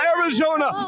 Arizona